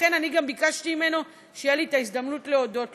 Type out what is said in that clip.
לכן גם ביקשתי ממנו שתהיה לי הזדמנות להודות לו.